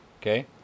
Okay